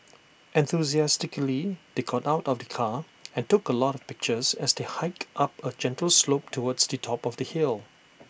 enthusiastically they got out of the car and took A lot of pictures as they hiked up A gentle slope towards Di top of the hill